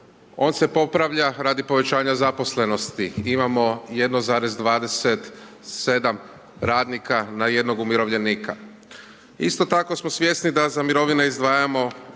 On se popravlja radi povećanja zaposlenosti. Imamo 1,27 radnika na jednog umirovljenika. Isto tako smo svjesni da za mirovine izdvajamo